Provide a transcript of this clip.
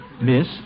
Miss